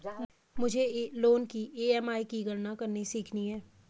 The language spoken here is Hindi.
मुझे लोन की ई.एम.आई की गणना करनी सीखनी है